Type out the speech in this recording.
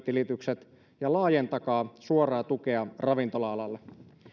tilitykset ja laajentakaa suoraa tukea ravintola alalle